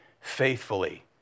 faithfully